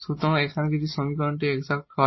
সুতরাং এখানে যদি এই সমীকরণটি এক্সাট হয়